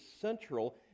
central